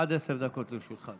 בבקשה, אדוני, עד עשר דקות לרשותך.